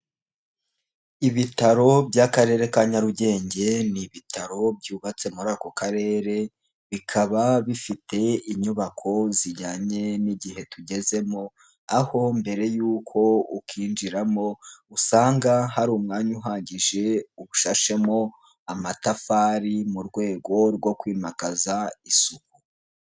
Ibitaro by'Akarere ka Nyarugenge ni ibitaro byubatse muri ako karere, bikaba bifite inyubako zijyanye n'igihe tugezemo, aho mbere yuko ukinjiramo, usanga hari umwanya uhagije ushashemo amatafari mu rwego rwo kwimakaza isuku.